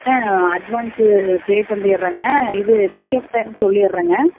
ஆ advance pay பண்ணிடுறங்க இது pickup point சொல்லிடுறங்க